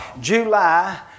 July